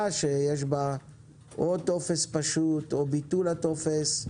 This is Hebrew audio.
שיש בה או טופס פשוט או ביטול הטופס.